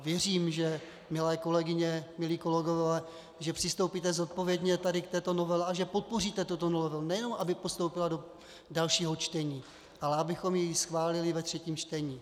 Věřím, milé kolegyně, milí kolegové, že přistoupíte zodpovědně tady k této novele a že podpoříte tuto novelu, nejen aby postoupila do dalšího čtení, ale abychom ji schválili ve třetím čtení.